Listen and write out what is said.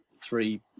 three